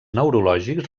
neurològics